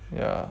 ya